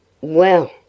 Well